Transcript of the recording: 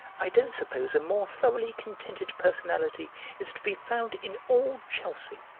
i don't suppose a more thoroughly contented personality is to be found in all chelsea,